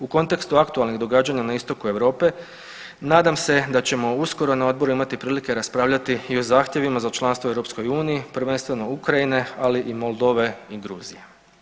U kontekstu aktualnih događanja na istoku Europe nadam se da ćemo uskoro na Odboru imati prilike raspravljati i o zahtjevima za članstvo u EU prvenstveno Ukrajine, ali i Moldove i Gruzije.